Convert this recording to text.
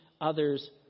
others